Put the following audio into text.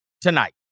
tonight